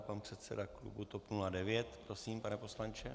Pan předseda klubu TOP 09. Prosím, pane poslanče.